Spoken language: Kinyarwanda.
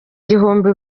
bihumbi